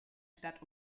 stadt